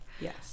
Yes